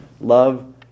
love